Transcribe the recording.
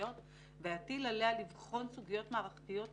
הרפואיות ויטיל עליה לבחון סוגיות מערכתיות ומקצועיות.